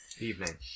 Evening